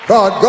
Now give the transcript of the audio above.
God